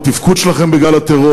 התפקוד שלכם בגל הטרור,